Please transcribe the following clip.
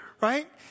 Right